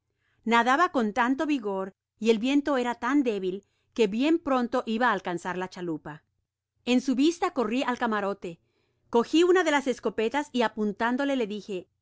nadaba con tanto vigor y el viento era tan débil que bien pronto iba á alcanzar la chalupa en su vista corri al camarote cogi una de las escopetas y apuntándole le dije